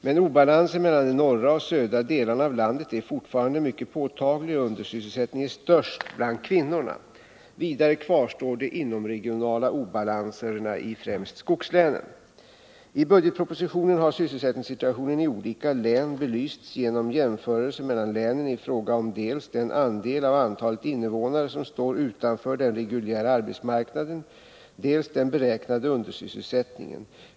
Men obalansen mellan de norra och de södra delarna av landet är fortfarande mycket påtaglig och undersysselsättningen är störst bland kvinnorna. Vidare kvarstår de inomregionala obalanserna i främst skogslänen. I budgetpropositionen har sysselsättningssituationen i olika län belysts genom jämförelser mellan länen i fråga om dels den andel av antalet invånare som står utanför den reguljära arbetsmarknaden, dels den beräknade undersysselsättningen.